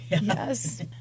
yes